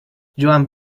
joan